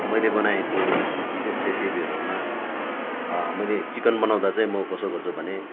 मैले बनाएको विशेष रेसेपीहरूमा मैले चिकन बनाउँदा चाहिँ मो कसो गर्छु भने